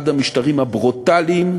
אחד המשטרים הברוטליים,